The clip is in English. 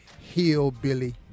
hillbilly